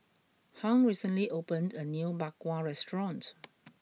Hung recently opened a new Bak Kwa restaurant